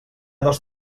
dos